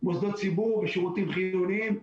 מוסדות ציבור ושירותים חיוניים.